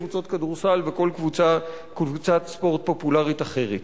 קבוצות כדורסל וכל קבוצת ספורט פופולרית אחרת.